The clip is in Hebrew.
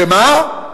במה?